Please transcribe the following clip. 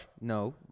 No